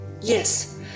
Yes